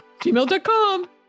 Gmail.com